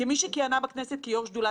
הרי שזהו חלק מהמסרים שלנו,